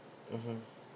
mmhmm